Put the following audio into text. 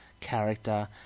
character